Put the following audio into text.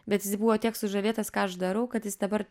bet jis buvo tiek sužavėtas ką aš darau kad jis dabar